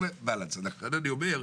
לכן אני אומר,